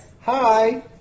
Hi